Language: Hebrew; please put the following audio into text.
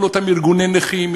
כל אותם ארגוני נכים,